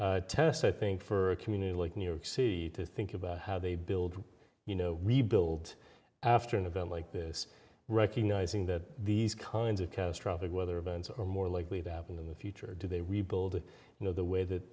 test i think for a community like new york city to think about how they build you know rebuild after an event like this recognizing that these kinds of catastrophic weather events are more likely to happen in the future do they rebuild you know the way